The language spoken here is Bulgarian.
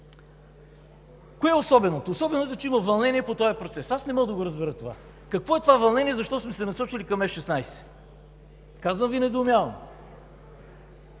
Кое е особеното? Особеното е, че има вълнение по този процес. Аз не мога да разбера какво е това вълнение защо сме се насочили към F-16? Казвам Ви, недоумявам!